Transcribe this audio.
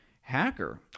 Hacker